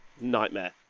nightmare